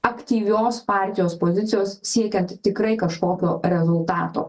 aktyvios partijos pozicijos siekiant tikrai kažkokio rezultato